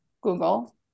Google